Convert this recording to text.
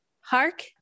Hark